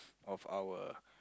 of our